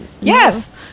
yes